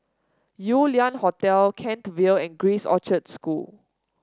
Yew Lian Hotel Kent Vale and Grace Orchard School